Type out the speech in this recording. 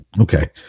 Okay